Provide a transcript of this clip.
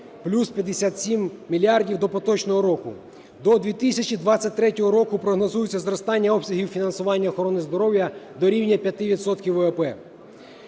плюс 57 мільярдів до поточного року. До 2023 року прогнозується зростання обсягів фінансування охорони здоров'я до рівня 5